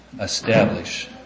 establish